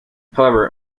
however